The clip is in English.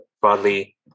broadly